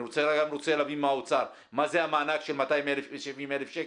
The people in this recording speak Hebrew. אני רוצה להבין מהאוצר מה זה המענק של 270,000 שקל.